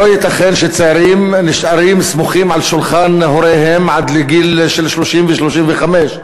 לא ייתכן שצעירים נשארים סמוכים על שולחן הוריהם עד גיל 30 ו-35,